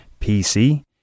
PC